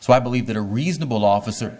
so i believe that a reasonable officer